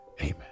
amen